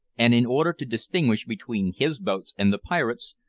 and in order to distinguish between his boats and the pirates,